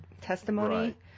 testimony